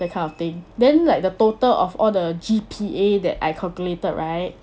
that kind of thing then like the total of all the G_P_A that I calculated right